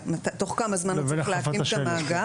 תוך כמה זמן הוא צריך להכין את המאגר,